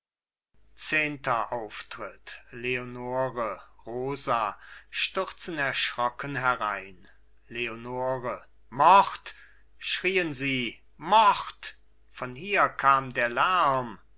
zehenter auftritt leonore rosa stürzen erschrocken herein leonore mord schrien sie mord von hier kam der lärm